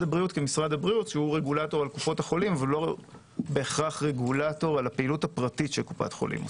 הוא רגולטור על קופות החולים ולא בהכרח רגולטור על הפעילות הפרטית שלהן.